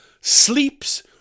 Sleeps